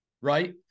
right